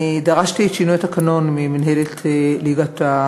אני דרשתי את שינוי התקנון ממינהלת הליגה,